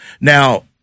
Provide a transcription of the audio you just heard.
Now